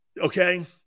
Okay